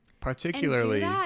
particularly